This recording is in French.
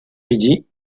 midi